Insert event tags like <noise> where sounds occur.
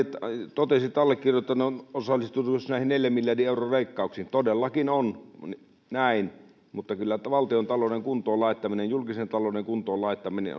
totesi että allekirjoittanut on osallistunut myös näihin neljän miljardin euron leikkauksiin todellakin on näin mutta kyllä valtiontalouden kuntoon laittaminen ja julkisen talouden kuntoon laittaminen <unintelligible>